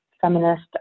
feminist